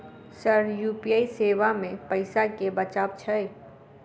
Sir UPI सेवा मे पैसा केँ बचाब छैय?